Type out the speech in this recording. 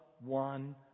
one